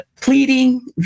Pleading